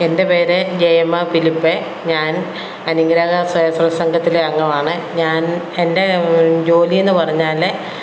എൻ്റെ പേര് ജയമ്മ ഫിലിപ്പ് ഞാൻ അനുഗ്രഹ സ്വയം സൽ സംഘത്തിലെ അംഗമാണ് ഞാൻ എൻ്റെ ജോലിയെന്നു പറഞ്ഞാൽ